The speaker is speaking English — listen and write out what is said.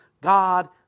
God